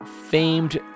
famed